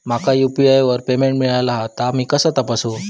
माका यू.पी.आय वर पेमेंट मिळाला हा ता मी कसा तपासू?